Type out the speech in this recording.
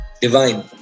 Divine